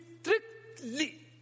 strictly